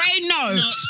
no